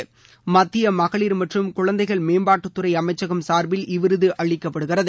இவ்விருது மத்திய மகளிர் மற்றும் குழந்தைகள் மேம்பாட்டுத்துறை அமைச்சகம் சார்பில் அளிக்கப்படுகிறது